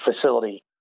facility